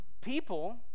people